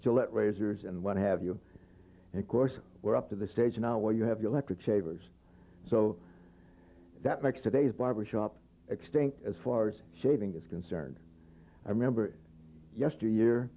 gillette razors and what have you and of course we're up to the stage now where you have electric shavers so that makes today's barbershop extinct as far as shaving is concerned i remember yesteryear